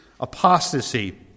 Apostasy